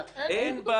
אין בעיה.